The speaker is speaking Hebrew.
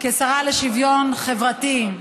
כשרה לשוויון חברתי,